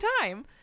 time